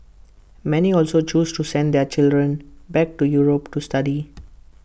many also choose to send their children back to Europe to study